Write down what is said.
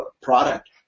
product